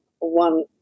one